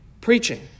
preaching